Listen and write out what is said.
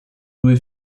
due